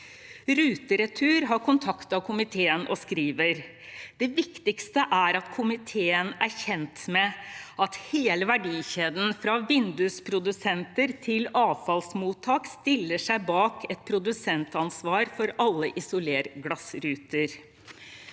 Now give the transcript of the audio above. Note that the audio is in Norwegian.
Ruteretur har kontaktet komiteen og skriver: Det viktigste er at komiteen er kjent med at hele verdikjeden, fra vindusprodusenter til avfallsmottak, stiller seg bak et produsentansvar for alle isolerglassruter.